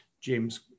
James